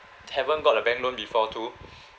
haven't got a bank loan before too